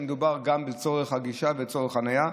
לצורך גישה ולצורך חניה.